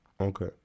Okay